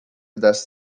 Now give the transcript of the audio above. das